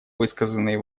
высказанные